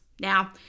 Now